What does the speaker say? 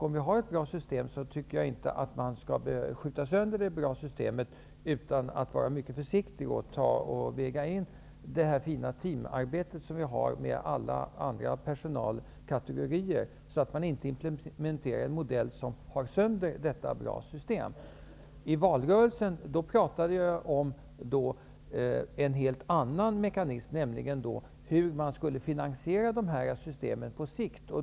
Om vi har ett bra system, tycker jag inte att man skall skjuta sönder det utan vara mycket försiktig och väga in det fina teamarbete som finns mellan alla personalkategorier, så att man inte implementerar en modell som har sönder detta system som är bra. I valrörelsen talade jag om en helt annan mekanism, nämligen hur man skulle finansiera dessa system på sikt.